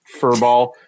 furball